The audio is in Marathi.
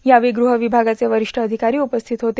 यावेळी गृह विभागाचे वरिष्ठ अधिकारी उपस्थित झेते